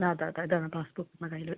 അതാ അതാ ഇതാ പാസ്ബുക്ക് അത് അതിൽ